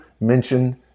mention